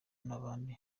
n’abandi